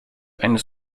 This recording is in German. eines